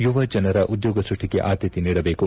ಯುವಜನರ ಉದ್ಯೋಗ ಸೃಷ್ಠಿಗೆ ಆದ್ಕತೆ ನೀಡಬೇಕು